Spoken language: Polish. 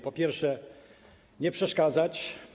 Po pierwsze, nie przeszkadzać.